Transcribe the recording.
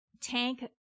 tank